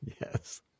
Yes